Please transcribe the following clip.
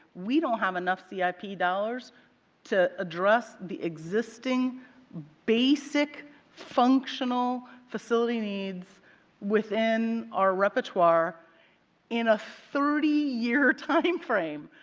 we don't have enough c i p. dollars to address the existing basic functional facility needs within our repertoire in a thirty year time frame.